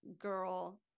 girl